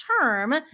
term